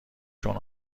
چون